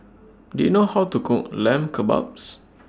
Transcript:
Do YOU know How to Cook Lamb Kebabs